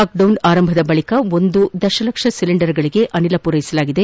lockdown ಆರಂಭದ ಬಳಿಕ ಒಂದು ದಶಲಕ್ಷ ಸಿಲಿಂಡರ್ಗಳಿಗೆ ಅನಿಲ ಪೂರೈಸಲಾಗಿದೆ